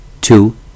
two